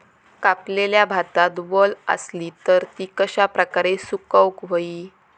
कापलेल्या भातात वल आसली तर ती कश्या प्रकारे सुकौक होई?